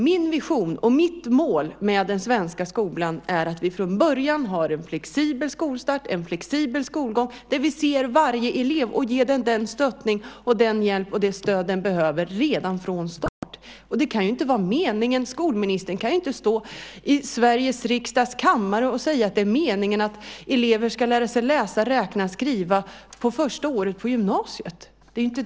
Min vision och mitt mål med den svenska skolan är att vi från början har en flexibel skolstart och en flexibel skolgång där vi ser varje elev och redan från start ger eleven den stöttning och den hjälp den behöver. Skolministern kan ju inte stå i Sveriges riksdags kammare och säga att det är meningen att elever ska lära sig att läsa, räkna och skriva första året på gymnasiet.